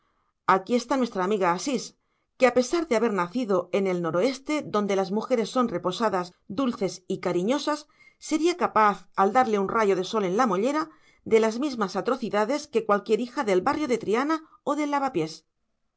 aquí está nuestra amiga asís que a pesar de haber nacido en el noroeste donde las mujeres son reposadas dulces y cariñosas sería capaz al darle un rayo de sol en la mollera de las mismas atrocidades que cualquier hija del barrio de triana o del avapiés